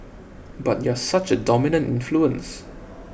but you're such a dominant influence